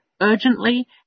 urgently